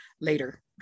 later